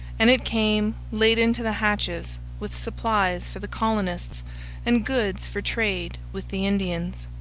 and it came laden to the hatches with supplies for the colonists and goods for trade with the indians.